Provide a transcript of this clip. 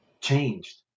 changed